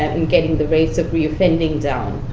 and getting the rates of re-offending down.